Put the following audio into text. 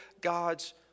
God's